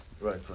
right